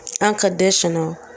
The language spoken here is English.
unconditional